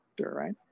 right